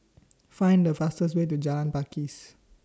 Find The fastest Way to Jalan Pakis